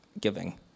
giving